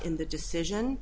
in the decision